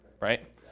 right